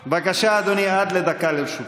בבקשה, אדוני, עד דקה לרשותך.